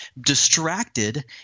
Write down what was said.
distracted